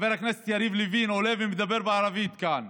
חבר הכנסת יריב לוין עולה ומדבר בערבית כאן,